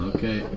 Okay